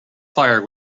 fire